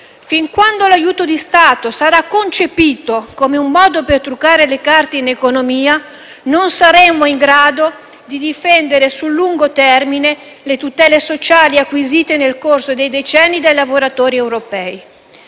Fin quando l'aiuto di Stato sarà concepito come un modo per truccare le carte in economia, non saremo in grado di difendere nel lungo termine le tutele sociali acquisite nel corso dei decenni dai lavoratori europei.